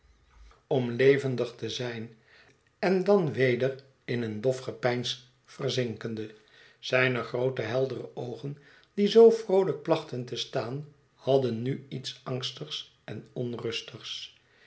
om levendig mijnheer carstone's belangen te zijn en dan weder in een dof gepeins verzinkende zijne groote heldere oogen die zoo vroolijk plachten te staan hadden nu iets angstigs en onrustigs